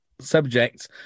subject